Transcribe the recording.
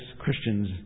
Christians